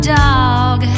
dog